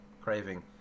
Craving